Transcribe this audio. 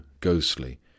ghostly